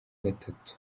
gatatu